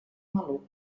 maluc